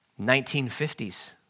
1950s